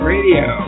Radio